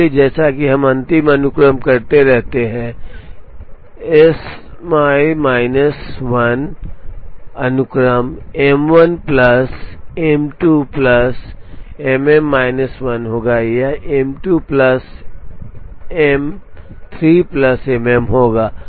इसलिए जैसा कि हम अंतिम अनुक्रम करते रहते हैं स्माइल माइनस 1 अनुक्रम M 1 plus M 2 plus MM minus 1 होगा यह M 2 plus M 3 plus MM होगा